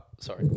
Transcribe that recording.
Sorry